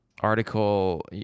article